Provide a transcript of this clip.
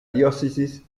diócesis